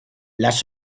las